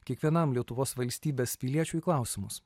kiekvienam lietuvos valstybės piliečiui klausimus